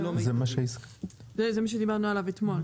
זה מה שדיברנו עליו אתמול,